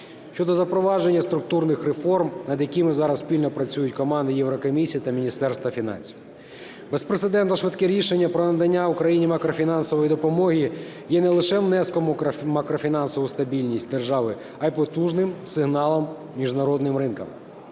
щодо запровадження структурних реформ, над якими зараз спільно працює команда Єврокомісії та Міністерства фінансів. Безпрецедентно швидке рішення про надання Україні макрофінансової допомоги є не лише внеском у макрофінансову стабільність держави, а й потужним сигналом міжнародним ринкам.